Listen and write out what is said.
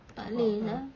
tak boleh lah